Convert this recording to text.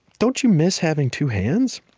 don't you miss having two hands?